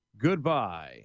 Goodbye